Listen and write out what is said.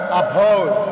uphold